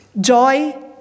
Joy